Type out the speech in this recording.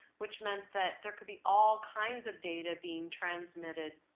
which meant that there could be all kinds of data being transmitted